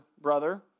brother